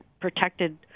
protected